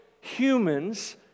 humans